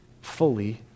fully